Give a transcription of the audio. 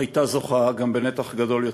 הייתה זוכה, גם בנתח גדול יותר.